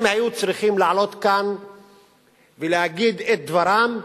הם היו צריכים לעלות כאן ולהגיד את דברם.